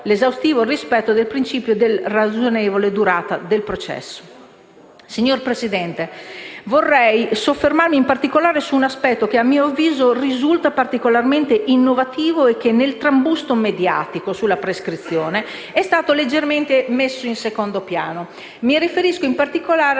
Signor Presidente, vorrei soffermarmi, in particolare, su un aspetto che a mio avviso risulta particolarmente innovativo e che nel trambusto mediatico sulla prescrizione è passato leggermente in secondo piano. Mi riferisco, in particolare,